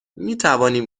میتوانیم